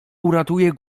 uratuje